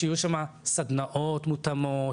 שיהיו שם סדנאות מותאמות,